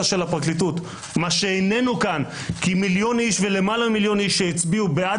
של הפרקליטות מה שאיננו כאן כי למעלה ממיליון איש שהצביעו בעד